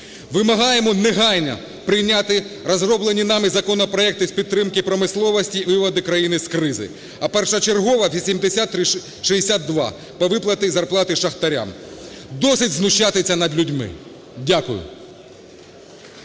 Вимагаємо негайно прийняти розроблені нами законопроекти з підтримки промисловості і виводу країни з кризи, а першочергово – 8362 – про виплати і зарплати шахтарям. Досить знущатися над людьми. Дякую.